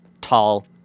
tall